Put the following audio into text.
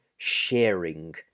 Sharing